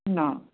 না